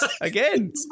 Again